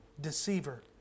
Deceiver